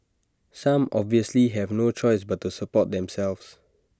some obviously have no choice but to support themselves